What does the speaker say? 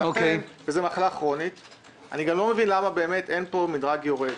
אני לא מבין למה אין פה מדרג יורד.